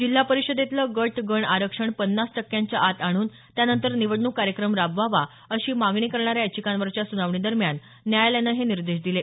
जिल्हा परिषदेतलं गट गण आरक्षण पन्नास टक्क्यांच्या आत आणून त्यानंतर निवडणूक कार्यक्रम राबवावा अशी मागणी करणाऱ्या याचिकांवरच्या सुनावणी दरम्यान न्यायालयानं हे निर्देश दिले